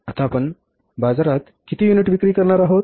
आता आपण बाजारात किती युनिट विक्री करणार आहोत